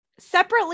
Separately